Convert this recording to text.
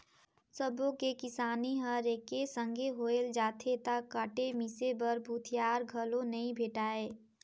सबो के किसानी हर एके संघे होय जाथे त काटे मिसे बर भूथिहार घलो नइ भेंटाय